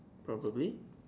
probably